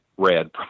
Red